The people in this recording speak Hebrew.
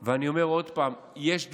ברדיו ובטלוויזיה, ואני אומר עוד פעם: יש דברים,